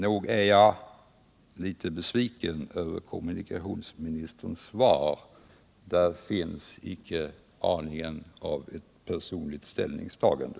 Nog är jag litet besviken över kommunikationsministerns svar. Där finns inte skuggan av personligt ställningstagande.